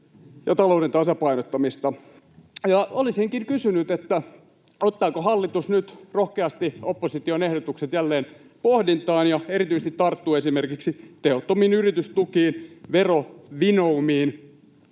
ja talouden tasapainottamista. Olisinkin kysynyt: ottaako hallitus nyt rohkeasti opposition ehdotukset jälleen pohdintaan ja tarttuu erityisesti esimerkiksi tehottomiin yritystukiin ja verovinoumiin